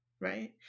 right